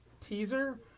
teaser